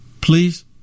please